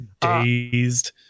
dazed